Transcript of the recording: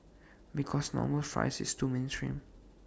because normal fries is too mainstream